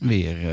Weer